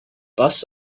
bus